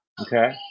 okay